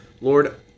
Lord